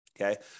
okay